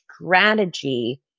strategy